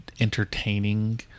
entertaining